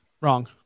Wrong